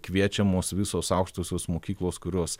kviečiamos visos aukštosios mokyklos kurios